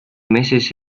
meses